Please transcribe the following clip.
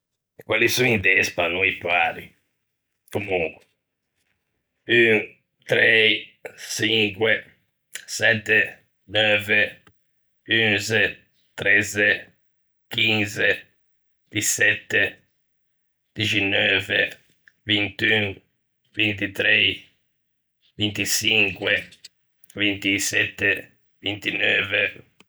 Quelli son i despa, no i pari. Comonque: 1,3,5,7,9,11,13,15,17,19,21,23,25,27,29.